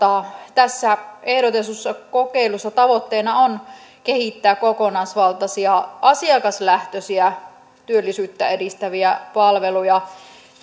tässä ehdotetussa kokeilussa tavoitteena on kehittää kokonaisvaltaisia asiakaslähtöisiä työllisyyttä edistäviä palveluja